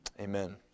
Amen